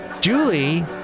Julie